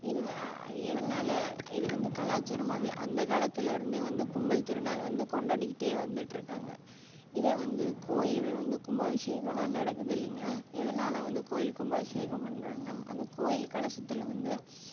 இது எதனால் இது வந்து கலாச்சாரமாகவே அந்த காலத்திலருந்தே வந்து பொங்கல் திருநாள் வந்து கொண்டாடிக்கிட்டே வந்துட்டுருக்காங்க இதே வந்து கோவில்கள் வந்து கும்பாபிஷேகம்லாம் நடக்குது இல்லைங்களா எதனால் வந்து கோவில் கும்பாபிஷேகம் பண்ணுறாங்க நம்ம அந்த கோவில் கலசத்தில் வந்து